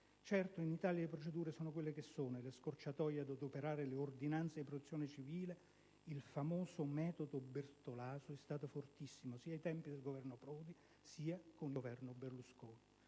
Certo, in Italia le procedure sono quelle che sono e la scorciatoia di adoperare le ordinanze di protezione civile (il famoso «metodo Bertolaso») è stata fortissima, sia ai tempi del Governo Prodi, sia con il Governo Berlusconi.